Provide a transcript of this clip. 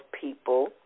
people